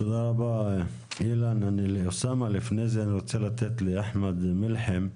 אוסאמה, אני רוצה לתת לאחמד מלחם,